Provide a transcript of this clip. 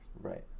Right